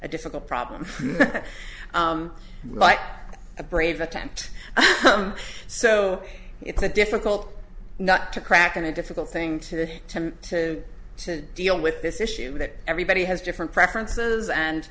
a difficult problem but a brave attempt so it's a difficult not to crack and a difficult thing to to to deal with this issue that everybody has different preferences and